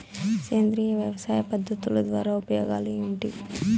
సేంద్రియ వ్యవసాయ పద్ధతుల ద్వారా ఉపయోగాలు ఏంటి?